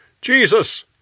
Jesus